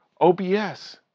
OBS